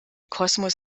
kosmos